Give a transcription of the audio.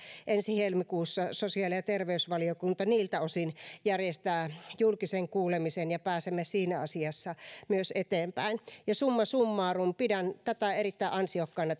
ensi helmikuussa sosiaali ja terveysvaliokunta niiltä osin järjestää julkisen kuulemisen ja pääsemme siinä asiassa myös eteenpäin summa summarum pidän tätä mietintöä erittäin ansiokkaana